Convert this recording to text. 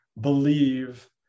believe